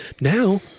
now